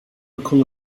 cola